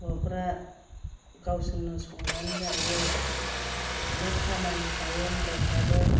हौवाफोरा गावसोरनो संनानै जायो अनेक खामानि थायो हिन्जावफ्राबो